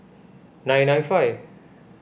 nine nine five